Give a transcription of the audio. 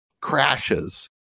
crashes